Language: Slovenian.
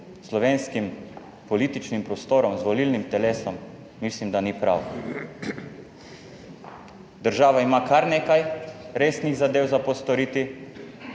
slovenskim političnim prostorom, z volilnim telesom, mislim, da ni prav. Država ima kar nekaj resnih zadev za postoriti.